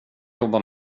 jobba